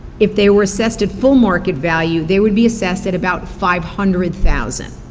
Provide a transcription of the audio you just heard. if they were assessed at full market value, they would be assessed at about five hundred thousand